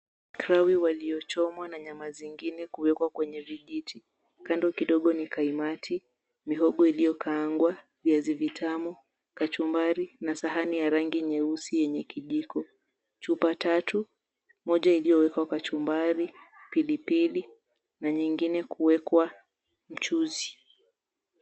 Karawi waliochomwa na nyama zingine kuwekwa kwenye vijiti. Kando kidogo ni kaimati, mihogo iliyokaangwa, viazi vitamu, kachumbari na sahani ya rangi nyeusi yenye kijiko. Chupa tatu, moja iliyowekwa kachumbari, pilipili na nyingine kuwekwa mchuzi.